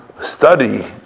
study